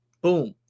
Boom